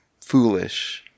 Foolish